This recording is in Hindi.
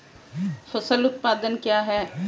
फसल उत्पादन क्या है?